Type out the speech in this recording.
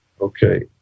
Okay